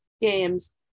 games